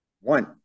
one